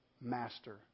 master